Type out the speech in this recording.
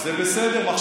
אני חבר כנסת, זה בסדר.